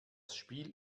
spiel